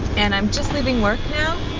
and i'm just leaving work now.